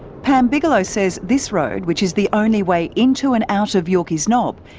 pam bigelow says this road, which is the only way into and out of yorkeys knob,